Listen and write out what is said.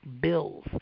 bills